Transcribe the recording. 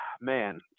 man